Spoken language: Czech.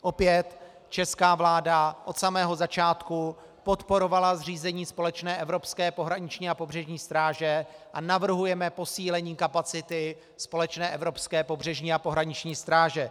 Opět česká vláda od samého začátku podporovala zřízení společné evropské pohraniční a pobřežní stráže a navrhujeme posílení kapacity společné evropské pobřežní a pohraniční stráže.